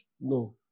No